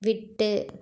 விட்டு